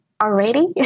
already